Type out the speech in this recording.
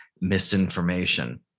misinformation